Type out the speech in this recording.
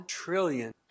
trillion